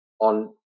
on